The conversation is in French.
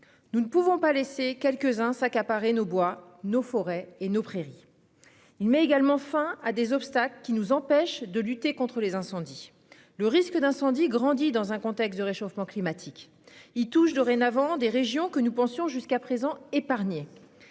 Nous ne pouvons pas laisser quelques-uns s'accaparer nos bois, nos forêts et nos prairies. Il met également fin à des obstacles qui nous empêche de lutter contre les incendies. Le risque d'incendie grandi dans un contexte de réchauffement climatique. Il touche dorénavant des régions que nous pensions jusqu'à présent épargné.